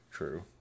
true